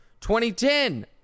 2010